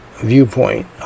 Viewpoint